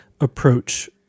approach